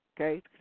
Okay